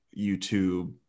YouTube